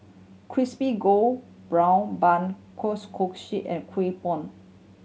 crispy gold brown bun kueh kosui and Kueh Bom